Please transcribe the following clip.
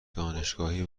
دانشگاهی